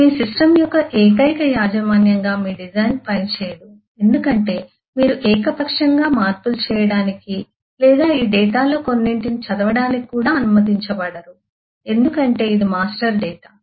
మీ system యొక్క ఏకైక యాజమాన్యంగా మీ డిజైన్ పనిచేయదు ఎందుకంటే మీరు ఏకపక్షంగా మార్పులు చేయడానికి లేదా ఈ డేటాలో కొన్నింటిని చదవడానికి కూడా అనుమతించబడరు ఎందుకంటే ఇది మాస్టర్ డేటా